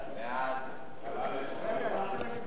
הצעת חוק